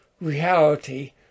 reality